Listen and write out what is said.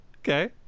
Okay